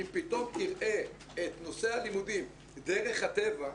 אם פתאום תראה את נושא הלימודים דרך הטבע,